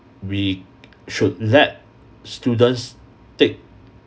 we should let students take